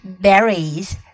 berries